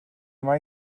mae